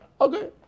Okay